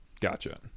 gotcha